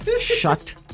Shut